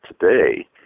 today